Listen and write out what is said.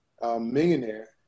millionaire